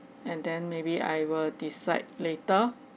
and then maybe I will decide later